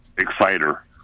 exciter